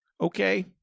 okay